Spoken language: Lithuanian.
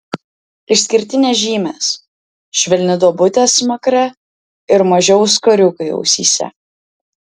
išskirtinės žymės švelni duobutė smakre ir maži auskariukai ausyse